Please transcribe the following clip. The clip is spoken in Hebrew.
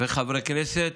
וחברי כנסת,